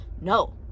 no